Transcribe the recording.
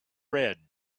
red